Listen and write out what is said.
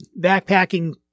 backpacking